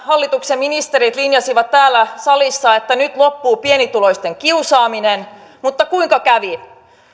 hallituksen ministerit linjasivat täällä salissa että nyt loppuu pienituloisten kiusaaminen mutta kuinka kävi